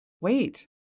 wait